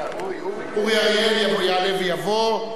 אורי אריאל יעלה ויבוא.